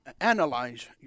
analyze